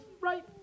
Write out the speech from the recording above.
Right